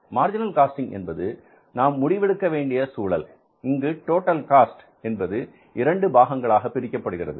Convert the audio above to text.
marginal costing என்பது நாம் முடிவெடுக்க வேண்டிய சூழல் இங்கு டோட்டல் காஸ்ட் என்பது இரண்டு பாகங்களாக பிரிக்கப்படுகிறது